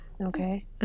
okay